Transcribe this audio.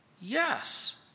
Yes